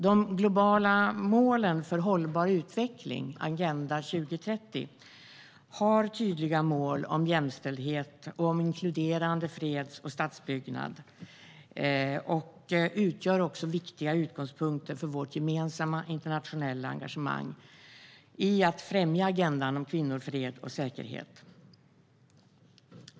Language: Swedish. De nya globala målen för hållbar utveckling, Agenda 2030, har tydliga mål om jämställdhet och om inkluderade freds och statsbyggnad. De utgör viktiga utgångspunkter för vårt gemensamma internationella engagemang i att främja agendan om kvinnor, fred och säkerhet.